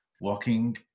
walking